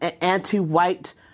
anti-white